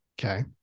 Okay